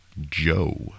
Joe